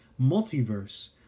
multiverse